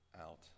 out